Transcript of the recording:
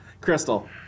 Crystal